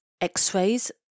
x-rays